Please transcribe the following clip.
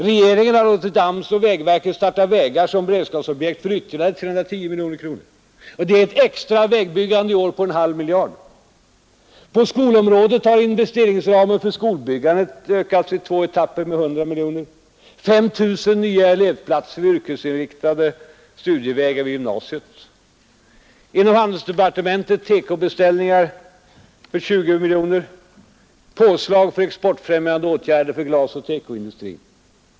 Regeringen har låtit AMS och vägverket starta vägbyggande som beredskapsobjekt för ytterligare 310 miljoner. Det gör ett extra vägbyggande på en halv miljard i år. På skolområdet har investeringsramen för skolbyggandet ökats i två etapper med 100 miljoner. 5 000 nya elevplatser har inrättats vid yrkesinriktade studievägar på gymnasiet. På handelsdepartementets område: TEKO-beställningar för 20 miljoner, påslag för exportfrämjande åtgärder för glasoch TEKO-industrin.